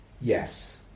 yes